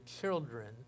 children